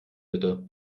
bitte